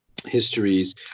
histories